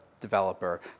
developer